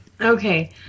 Okay